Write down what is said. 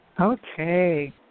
Okay